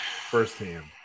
firsthand